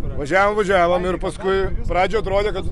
važiavom važiavom ir paskui pradžių atrodė kad